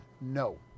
No